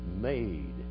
made